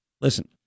listen